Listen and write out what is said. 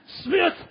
Smith